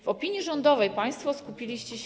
W opinii rządowej państwo skupiliście się.